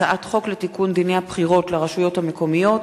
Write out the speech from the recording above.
הצעת חוק לתיקון דיני הבחירות לרשויות המקומיות